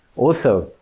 also,